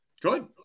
Good